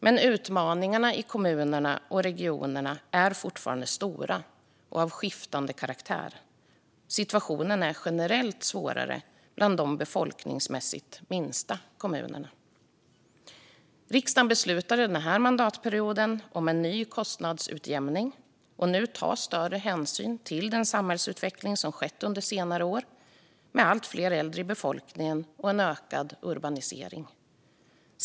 Men utmaningarna i kommunerna och regionerna är fortfarande stora och av skiftande karaktär. Situationen är generellt svårare bland de befolkningsmässigt minsta kommunerna. Riksdagen beslutade denna mandatperiod om en ny kostnadsutjämning, och nu tas större hänsyn till den samhällsutveckling som skett under senare år, med allt fler äldre i befolkningen och en ökad urbanisering.